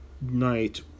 night